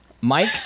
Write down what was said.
Mike